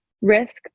risk